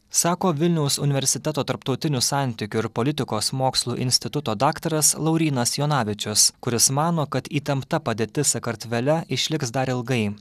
sako vilniaus universiteto tarptautinių santykių ir politikos mokslų instituto daktaras laurynas jonavičius kuris mano kad įtempta padėtis sakartvele išliks dar ilgai